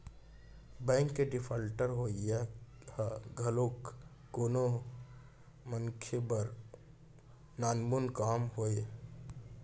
bank के defaulter होवई ह घलोक कोनो मनसे बर नानमुन काम नोहय